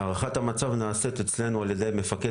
הערכת המצב נעשית אצלנו על ידי מפקד